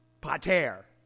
pater